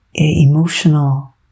emotional